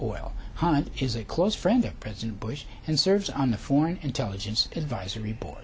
oil hunt is a close friend of president bush and serves on the foreign intelligence advisory board